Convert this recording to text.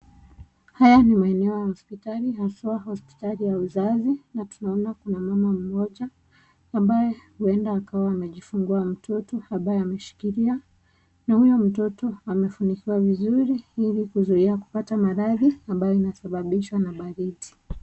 Haya ni maeneo ya hospitali haswa hospitali ya uzazi na tunaona kuna mama mmoja ambaye huenda akawa amejifungua mtoto ambaye ameshikilia, na huyo mtoto amefunikwa vizuri ili kuzuia kupata maradhi ambayo inasababishwa na baridi.